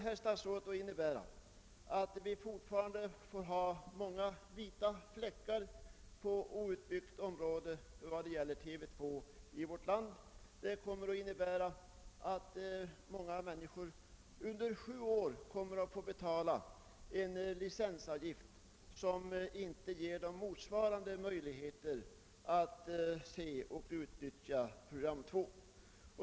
Detta kommer att innebära att vi fortfarande får räkna med många vita fläckar beträffande outbyggt område för TV 2 i vårt land. Det kommer att innebära att många människor under sju år får betala en licensavgift utan att det ger dem möjligheter att se program 2.